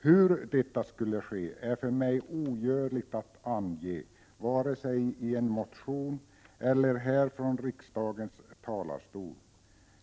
Hur detta skall ske är för mig ogörligt att ange vare sig i motionen eller här från riksdagens talarstol.